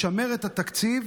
לשמר את התקציב